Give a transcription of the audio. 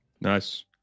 nice